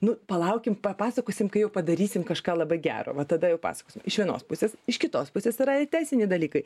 nu palaukim papasakosim kai jau padarysim kažką labai gero va tada jau pasakosim iš vienos pusės iš kitos pusės yra teisiniai dalykai